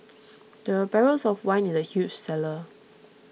there were barrels of wine in the huge cellar